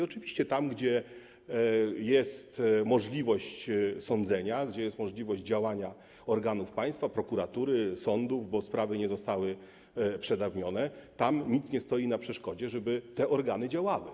Oczywiście tam, gdzie jest możliwość sądzenia, gdzie jest możliwość działania organów państwa - prokuratury, sądów - bo sprawy nie zostały przedawnione, nic nie stoi na przeszkodzie, żeby te organy działały.